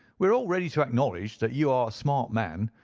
we are all ready to acknowledge that you are a smart man,